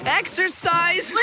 exercise